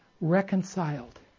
reconciled